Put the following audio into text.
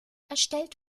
erstellt